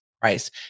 price